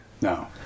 No